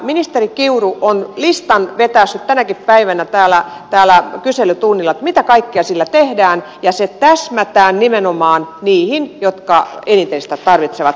ministeri kiuru on vetäissyt tänäkin päivänä täällä kyselytunnilla listan mitä kaikkea sillä tehdään ja se täsmätään nimenomaan niihin jotka eniten sitä tarvitsevat